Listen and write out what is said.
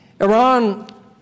Iran